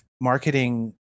marketing